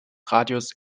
radius